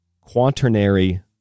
quaternary